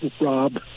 Rob